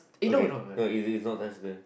okay no it's it's not nice even